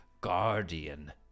Guardian